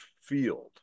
field